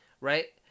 right